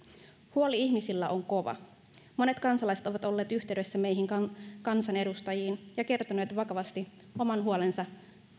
huoli ihmisillä on kova monet kansalaiset ovat olleet yhteydessä meihin kansanedustajiin ja kertoneet vakavasti oman huolensa